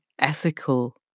ethical